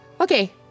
Okay